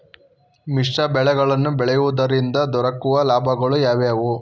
ಮಿಶ್ರ ಬೆಳೆಗಳನ್ನು ಬೆಳೆಯುವುದರಿಂದ ದೊರಕುವ ಲಾಭಗಳು ಯಾವುವು?